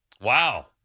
Wow